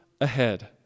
ahead